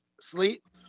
sleep